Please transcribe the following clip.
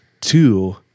Two